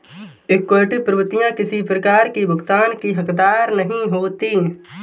equity प्रभूतियाँ किसी प्रकार की भुगतान की हकदार नहीं होती